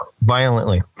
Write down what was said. violently